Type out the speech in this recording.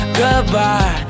goodbye